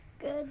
Good